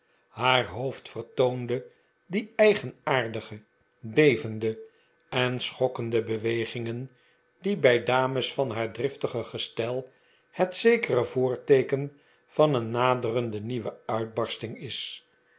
haar hoofd vertoonde die eigenaardige bevende en schokkende bewegingen die bij dames van haar driftige gestel het zekere voorteeken van een naderende nieuwe uitbarsting is